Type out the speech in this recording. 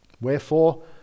wherefore